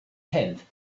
tenth